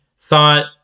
thought